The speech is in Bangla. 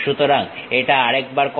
সুতরাং এটা আরেকবার করা যাক